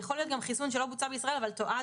יכול להיות גם חיסון שלא בוצע בישראל אבל תועד